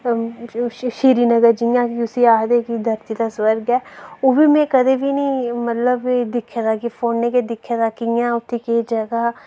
श्रीनगर जि'यां कि उसी आखदे कि ओह् धरती दा सुरग ऐ ओह् बी में कदें बी निं मतलब कि दिक्खे दा कि फोने ई दिक्खे दा कि कि'यां उत्थै केह् जगह्